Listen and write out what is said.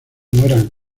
mueran